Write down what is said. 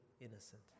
innocent